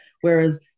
Whereas